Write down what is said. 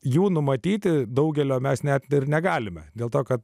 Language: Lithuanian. jų numatyti daugelio mes net ir negalime dėl to kad